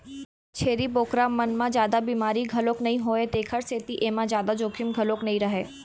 छेरी बोकरा मन म जादा बिमारी घलोक नइ होवय तेखर सेती एमा जादा जोखिम घलोक नइ रहय